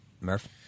Murph